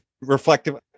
reflective